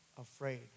afraid